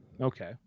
Okay